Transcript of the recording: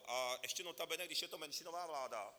A ještě notabene, když je to menšinová vláda.